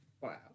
Wow